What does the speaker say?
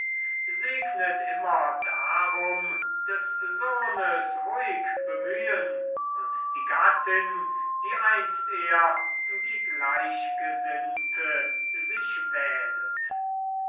segnet immer darum des sohnes ruhig bemühen und die gattin die einst er die gleichgesinnte sich wählet